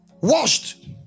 washed